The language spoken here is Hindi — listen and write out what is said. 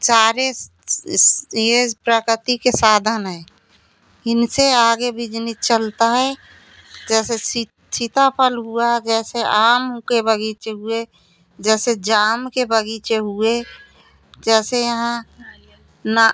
सारे यह प्रकर्ति के साधन हैं इनसे आगे बेजनी चलता है जैसे सीताफल हुआ जैसे आम के बग़ीचे हुए जैसे जाम के बगीचे हुए जैसे यहाँ ना